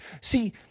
See